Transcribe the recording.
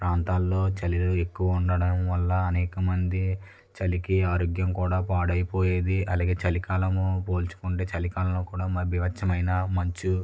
ప్రాంతాలలో చలి ఎక్కువ ఉండడం వల్ల అనేక మంది చలికి ఆరోగ్యం కూడా పాడైపోయేది అలాగే చలికాలము పోల్చుకుంటే చలి కాలంలో కూడా బీభత్సమైన మంచు